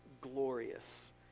glorious